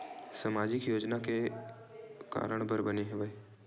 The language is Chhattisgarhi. सामाजिक योजना का कारण बर बने हवे?